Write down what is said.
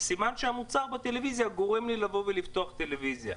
סימן שהמוצר בטלוויזיה גורם לי לבוא ולפתוח טלוויזיה.